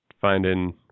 finding